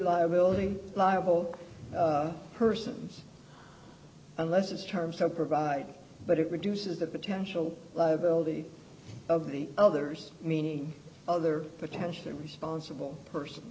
liability liable person unless it's terms to provide but it reduces the potential liability of the others meaning other potentially responsible person